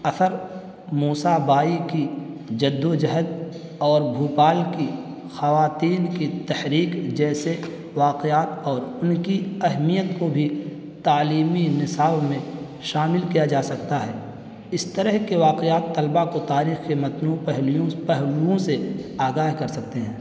اثر موسیٰ بائی کی جد و جہد اور بھوپال کی خواتین کی تحریک جیسے واقعات اور ان کی اہمیت کو بھی تعلیمی نصاب میں شامل کیا جا سکتا ہے اس طرح کے واقعات طلبہ کو تاریخ کے متنوع پہلوؤں پہلوؤں سے آگاہ کر سکتے ہیں